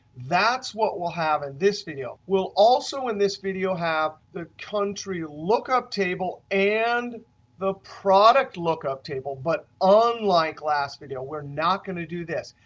that's what we'll have in this video. we'll also in this video have the country lookup table and the product lookup table. but unlike last video we're not going to do this.